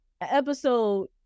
episode